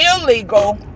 illegal